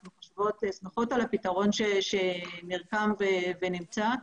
אנחנו שמחות על הפתרון שנרקם ונמצא,